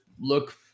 look